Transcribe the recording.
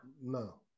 No